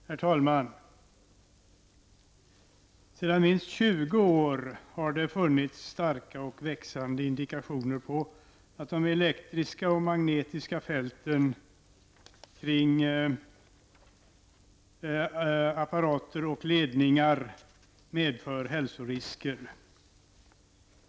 Herr talman! Sedan minst 20 år tillbaka finns det starka och växande indikationer på att de elektriska och magnetiska fält som uppstår kring apparater och ledningar medför hälsorisker.